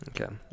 Okay